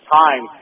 time